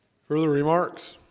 further remarks